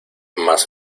más